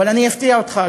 אבל אני אפתיע אותך,